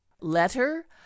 letter